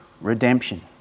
redemption